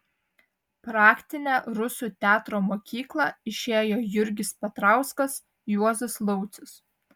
praktinę rusų teatro mokyklą išėjo jurgis petrauskas juozas laucius